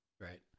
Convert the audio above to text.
Right